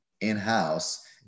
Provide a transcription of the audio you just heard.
in-house